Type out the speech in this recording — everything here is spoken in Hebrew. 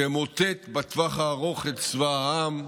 תמוטט בטווח הארוך את צבא העם,